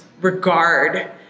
regard